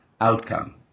outcome